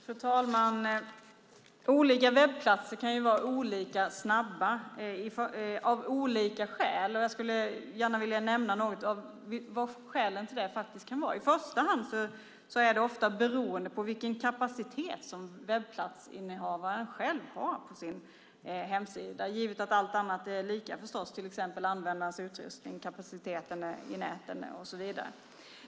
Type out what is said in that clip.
Fru talman! Olika webbplatser kan vara olika snabba av olika skäl. Jag skulle gärna nämna något om vad skälen till detta faktiskt kan vara. I första hand beror det på vilken kapacitet som webbplatsinnehavaren själv har på sin hemsida, givet att allt annat är lika förstås, till exempel användarens utrustning, kapaciteten i näten och så vidare.